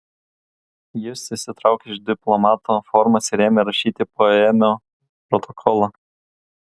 jis išsitraukė iš diplomato formas ir ėmė rašyti poėmio protokolą